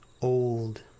old